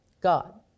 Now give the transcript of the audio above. God